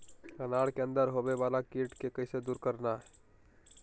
अनार के अंदर होवे वाला कीट के कैसे दूर करना है?